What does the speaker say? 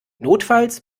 notfalls